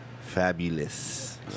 Fabulous